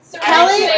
Kelly